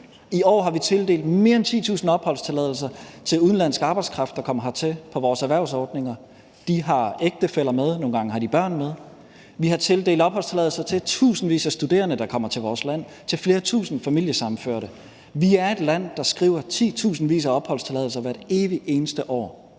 I år har vi tildelt mere end 10.000 opholdstilladelser til udenlandsk arbejdskraft, der kommer hertil på vores erhvervsordninger. De har ægtefæller med, og nogle gange har de børn med. Vi har tildelt opholdstilladelser til tusindvis af studerende, der kommer til vores land, og til flere tusind familiesammenførte. Vi er et land, der skriver titusindvis af opholdstilladelser hvert evigt eneste år.